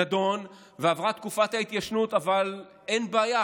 נדון ועברה תקופת ההתיישנות, אבל אין בעיה.